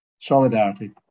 Solidarity